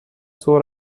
ظهر